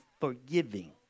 forgiving